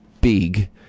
big